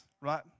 right